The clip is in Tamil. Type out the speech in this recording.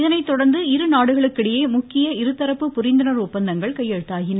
இதனைத்தொடர்ந்து இருநாடுகளுக்கு இடையே முக்கிய இருதரப்பு புரிந்துணர்வு ஒப்பந்தங்கள் கையெழுத்தாகின